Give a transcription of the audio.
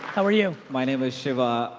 how are you? my name is shevah.